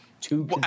Two